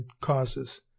causes